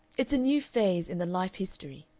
it's a new phase in the life history,